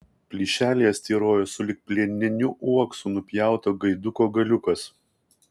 plyšelyje styrojo sulig plieniniu uoksu nupjauto gaiduko galiukas